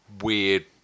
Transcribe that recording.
weird